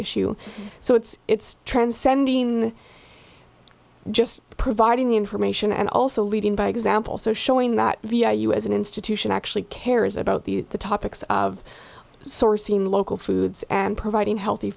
issue so it's it's transcending just providing information and also leading by example so showing that you as an institution actually cares about the topics of sourcing local foods and providing healthy